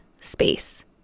space